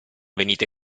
venite